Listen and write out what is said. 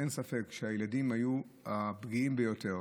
אין ספק שהילדים היו הפגיעים ביותר,